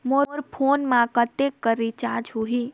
मोर phone मा कतेक कर रिचार्ज हो ही?